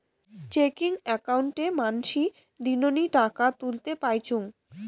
checking অক্কোউন্টে মানসী দিননি টাকা তুলতে পাইচুঙ